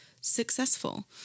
successful